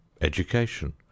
education